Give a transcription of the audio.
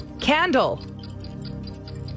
Candle